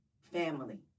family